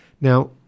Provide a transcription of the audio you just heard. Now